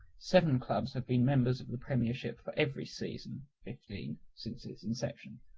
seven clubs have been members of the premiership for every season since its inception.